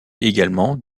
également